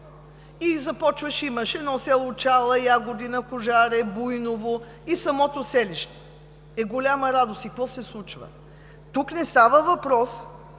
и започваш – имаше едни села Чала, Ягодина, Кожари, Буйново и самото селище. Е, голяма радост! Какво се случва? Тук не става въпрос,